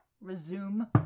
resume